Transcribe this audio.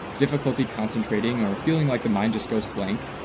difficulty concentrating or feeling like the mind just goes blank,